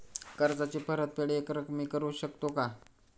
कर्जाची परतफेड एकरकमी करू शकतो का?